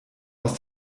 aus